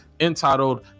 entitled